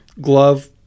glove